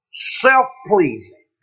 Self-pleasing